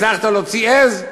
הצלחת להוציא עז.